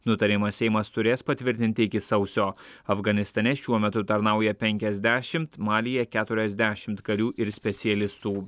nutarimą seimas turės patvirtinti iki sausio afganistane šiuo metu tarnauja penkiasdešimt malyje keturiasdešimt karių ir specialistų